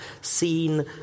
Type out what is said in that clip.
seen